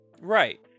Right